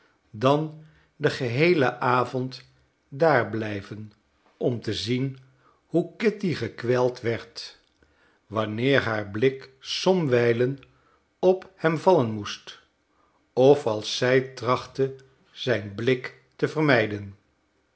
dan den geheelen avond daar blijven om te zien hoe kitty gekweld werd wanneer haar blik somwijlen op hem vallen moest of als zij trachte zijn blik te vermijden